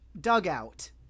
dugout